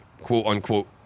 quote-unquote